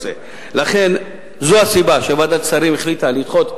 לכן זו הסיבה שוועדת שרים החליטה לדחות,